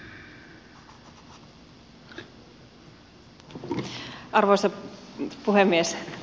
arvoisa puhemies